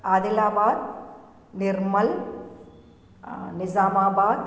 Adilabad Nirmal Nizamabad